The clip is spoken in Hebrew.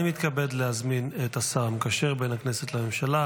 אני מתכבד להזמין את השר המקשר בין הכנסת לממשלה,